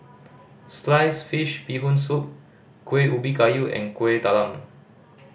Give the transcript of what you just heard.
sliced fish Bee Hoon Soup Kuih Ubi Kayu and Kueh Talam